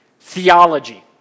Theology